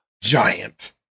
giant